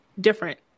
different